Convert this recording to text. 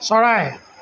চৰাই